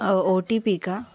ओ T P का